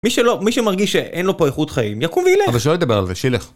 מי שלא, מי שמרגיש שאין לו פה איכות חיים, יקום וילך. אבל שלא ידבר על זה, שילך.